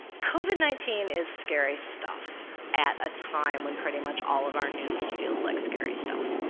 covid nineteen is scary stuff at a time when pretty much all of our news feels like scary stuff.